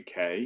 UK